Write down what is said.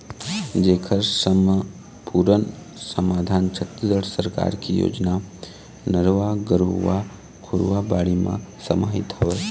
जेखर समपुरन समाधान छत्तीसगढ़ सरकार के योजना नरूवा, गरूवा, घुरूवा, बाड़ी म समाहित हवय